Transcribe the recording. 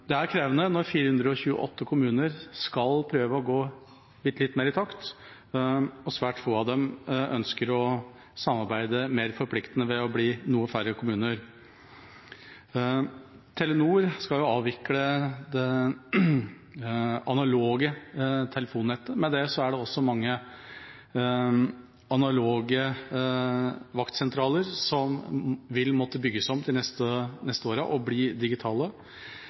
Det er krevende når 428 kommuner skal prøve å gå bitte litt mer i takt, og svært få av dem ønsker å samarbeide mer forpliktende ved å bli noe færre kommuner. Telenor skal avvikle det analoge telefonnettet. Med det er det også mange analoge vaktsentraler som vil måtte bygges om de neste årene og bli digitale.